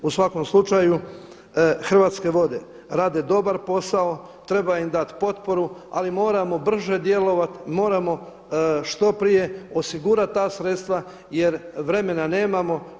U svakom slučaju Hrvatske vode rade dobar posao, treba im dati potporu ali moramo brže djelovati, moramo što prije osigurati ta sredstva jer vremena nemamo.